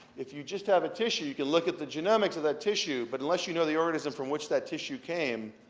if you just have a tissue, you can look at the genomics of that tissue, but unless you know the organism from which that tissue came,